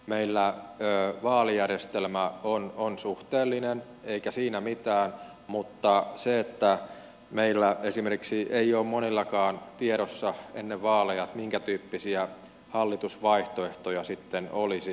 meillä vaalijärjestelmä on suhteellinen eikä siinä mitään mutta meillä esimerkiksi ei ole monillakaan tiedossa ennen vaaleja minkä tyyppisiä hallitusvaihtoehtoja sitten olisi